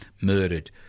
murdered